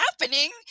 happening